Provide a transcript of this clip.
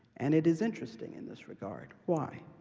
and it is interesting in this regard. why?